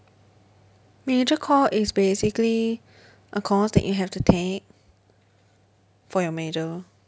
major core is basically a course that you have to take for your major